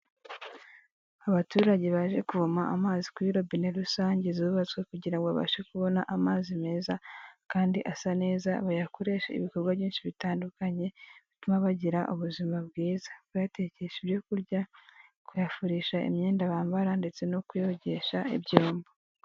Abaturage baje kuvoma amazi kuri robine rusange zubatswe kugira ngo babashe kubona amazi meza kandi asa neza bayakoreshe ibikorwa byinshi bitandukanye bituma bagira ubuzima bwiza, bayatekesha ibyokurya, kuyafurisha imyenda bambara ndetse no kuyogesha ibyombo.